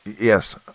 Yes